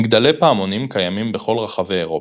מגדלי פעמונים קיימים בכל רחבי אירופה,